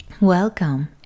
Welcome